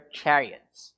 chariots